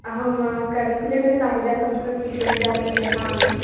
अहम् कविकुलगुरुकालिदासंस्कृतविश्वविद्यालये निवसामि